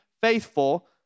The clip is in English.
faithful